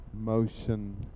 motion